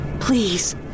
Please